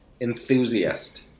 enthusiast